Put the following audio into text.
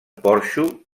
porxo